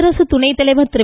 குடியரசு துணைத்தலைவர் திரு